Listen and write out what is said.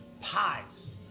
pies